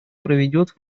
проведет